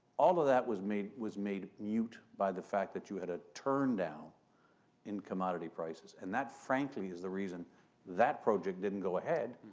all of that was made was made mute by the fact that you had a turn down in commodity prices and that, frankly, is the reason that project didn't go ahead.